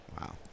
Wow